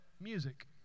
music